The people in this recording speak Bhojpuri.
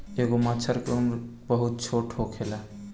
एगो मछर के उम्र बहुत छोट होखेला